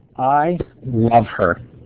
i love her.